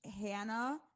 Hannah